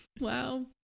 Wow